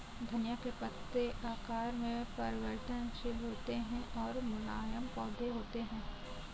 धनिया के पत्ते आकार में परिवर्तनशील होते हैं और मुलायम पौधे होते हैं